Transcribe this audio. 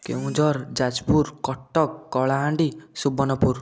Keonjhar Jajpur Cuttack Kalahandi Subarnapur